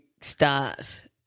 start